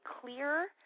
clear